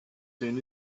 soon